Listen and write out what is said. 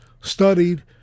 studied